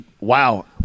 Wow